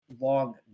long